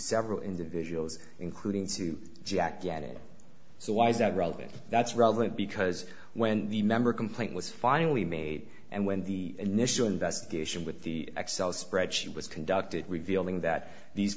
several individuals including two jack get it so why is that relevant that's relevant because when the member complaint was finally made and when the initial investigation with the excel spreadsheet was conducted revealing that these